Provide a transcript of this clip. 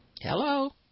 Hello